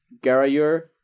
Garayur